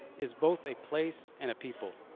is both a place and a people.